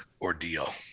ordeal